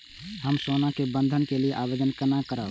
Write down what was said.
हम सोना के बंधन के लियै आवेदन केना करब?